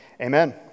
Amen